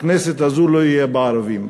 בכנסת הבאה לא יהיו ערבים.